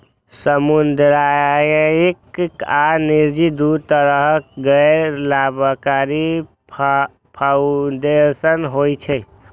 सामुदायिक आ निजी, दू तरहक गैर लाभकारी फाउंडेशन होइ छै